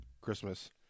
Christmas